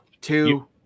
two